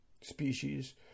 species